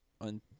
on